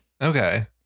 Okay